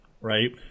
right